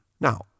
Now